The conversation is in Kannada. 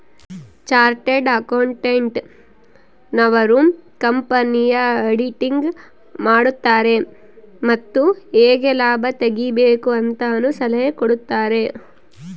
ಚಾರ್ಟೆಡ್ ಅಕೌಂಟೆಂಟ್ ನವರು ಕಂಪನಿಯ ಆಡಿಟಿಂಗ್ ಮಾಡುತಾರೆ ಮತ್ತು ಹೇಗೆ ಲಾಭ ತೆಗಿಬೇಕು ಅಂತನು ಸಲಹೆ ಕೊಡುತಾರೆ